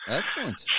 Excellent